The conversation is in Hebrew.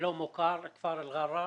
לא מוכר, כפר אל רארה